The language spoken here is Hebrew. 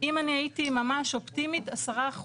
אם אני הייתי ממש אופטימית, 10%,